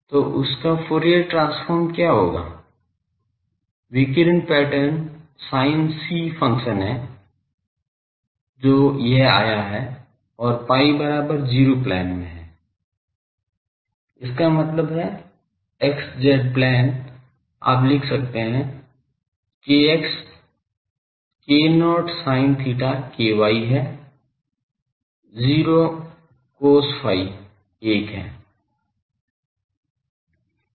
तो उस का फूरियर ट्रांसफॉर्म क्या होगा विकिरण पैटर्न sinc फ़ंक्शन है जो यह आया है और pi बराबर 0 प्लेन में है इसका मतलब है xz प्लेन आप लिख सकते हैं kx k0 sin theta ky है 0 cos phi 1 है